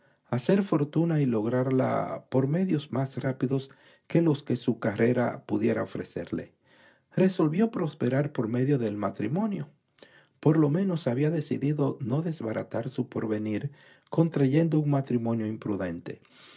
hacer fortuna y lograrla por medios más rápidos que los que su carrera pudiera ofrecerle resolvió prosperar por medio del matrimonio por lo menos haibía decidido no desbaratar su porvenir contrayendo un matrimonio imprudente